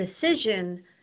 decision